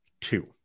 two